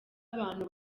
abantu